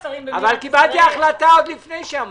קטי, אבל קיבלתי החלטה עוד לפני שאמרת.